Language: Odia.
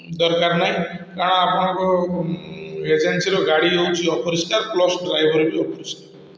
ଉଁ ଦରକାର ନାହିଁ କାରଣ ଆପଣଙ୍କ ଏଜେନ୍ସିର ଗାଡ଼ି ହଉଛି ଅପରିଷ୍କାର ପ୍ଲସ ଡ୍ରାଇଭର ବି ଅପରିଷ୍କାର